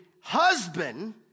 husband